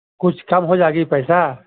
کچھ کم ہو جائے گی پیسہ